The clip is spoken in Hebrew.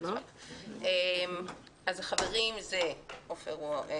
החברים בוועדה,